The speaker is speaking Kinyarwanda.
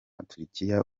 turukiya